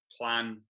plan